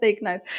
No